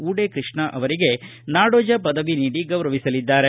ವೂಡೇ ಕೃಷ್ಣ ಅವರಿಗೆ ನಾಡೋಜ ಪದವಿ ನೀಡಿ ಗೌರವಿಸಲಿದ್ದಾರೆ